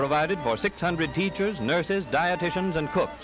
provided for six hundred teachers nurses dietitians and cook